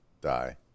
die